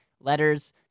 letters